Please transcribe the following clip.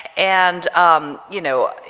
and um you know,